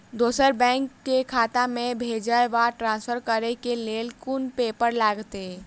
दोसर बैंक केँ खाता मे भेजय वा ट्रान्सफर करै केँ लेल केँ कुन पेपर लागतै?